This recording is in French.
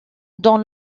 dans